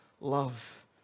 love